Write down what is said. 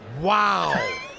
Wow